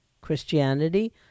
Christianity